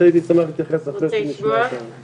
הייתי שמח להתייחס אחרי שנשמע את המשטרה.